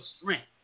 strength